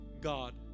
God